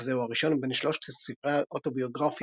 כרך זה הוא הראשון מבין שלושת ספרי האוטוביוגרפיה